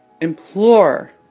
Implore